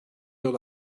yol